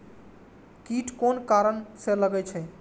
कीट कोन कारण से लागे छै?